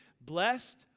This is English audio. Blessed